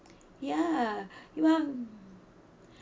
ya you are